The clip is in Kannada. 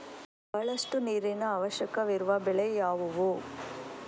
ಬಹಳಷ್ಟು ನೀರಿನ ಅವಶ್ಯಕವಿರುವ ಬೆಳೆ ಯಾವುವು?